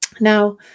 Now